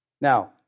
Now